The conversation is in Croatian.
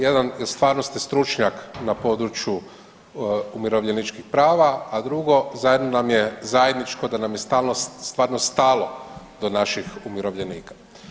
Jedan jer stvarno ste stručnjak na području umirovljeničkih prava, a drugo zajedno nam je zajedničko da nam je stalno stvarno stalo do naših umirovljenika.